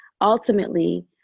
ultimately